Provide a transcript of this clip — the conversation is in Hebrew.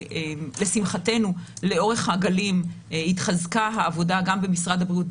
לשמחתנו לאורך הגלים התחזקה העבודה גם במשרד הבריאות,